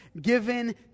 given